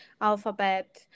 Alphabet